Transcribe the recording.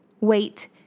wait